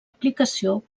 aplicació